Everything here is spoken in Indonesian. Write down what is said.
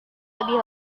lebih